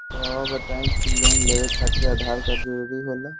रौआ बताई की लोन लेवे खातिर आधार कार्ड जरूरी होला?